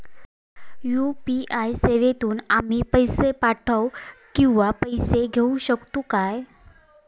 UPI सेवेतून आम्ही पैसे पाठव किंवा पैसे घेऊ शकतू काय?